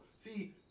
See